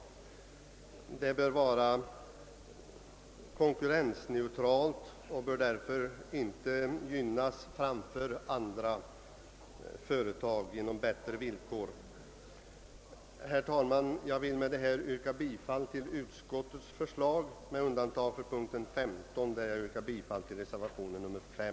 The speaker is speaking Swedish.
Domänverket bör vara konkurrensneutralt och därför inte genom «bättre villkor gynnas framför andra företag. Herr talman! Jag vill med det sagda yrka bifall till utskottets förslag med undantag för punkten 15 där jag yrkar bifall till reservationen 35.